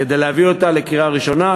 כדי להביא אותה לקריאה ראשונה,